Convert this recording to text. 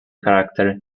character